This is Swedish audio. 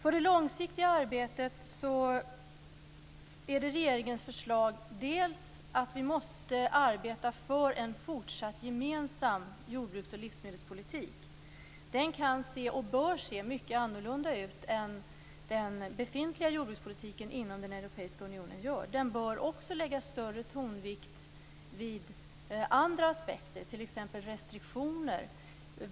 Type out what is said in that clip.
I det långsiktiga arbetet är regeringens förslag att vi måste arbeta för en fortsatt gemensam jordbruksoch livsmedelspolitik. Den kan och bör se mycket annorlunda ut än den befintliga jordbrukspolitiken inom Europeiska unionen gör. Den bör också lägga större tonvikt vid andra aspekter, t.ex. restriktioner.